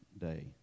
day